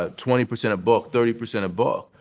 ah twenty percent of book, thirty percent of book.